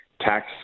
tax